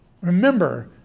Remember